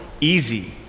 easy